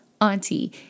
auntie